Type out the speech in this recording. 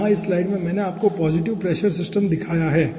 तो यहाँ इस स्लाइड में मैंने आपको पॉज़िटिव प्रेशर सिस्टम दिखाया है